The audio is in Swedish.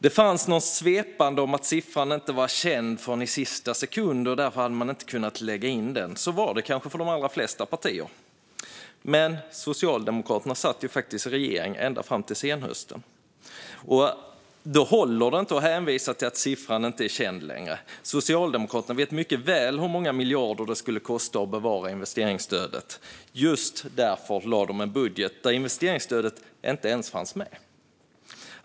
Det sades något svepande om att siffran inte var känd förrän i sista sekund, och därför hade Socialdemokraterna inte kunnat lägga in den. Så var det kanske för de allra flesta partier, men Socialdemokraterna satt ju i regering ända fram till senhösten. Då håller det inte att hänvisa till att siffran inte är känd. Socialdemokraterna vet mycket väl hur många miljarder det skulle kosta att bevara investeringsstödet. Just därför lade de fram en budget där investeringsstödet inte fanns med.